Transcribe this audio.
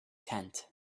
tent